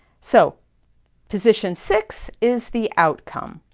so position six is the outcome.